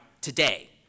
today